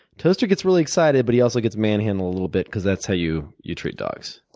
toaster gets really excited, but he also gets manhandled a little bit because that's how you you treat dogs,